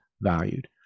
valued